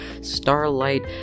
Starlight